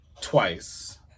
twice